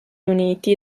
uniti